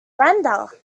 brenda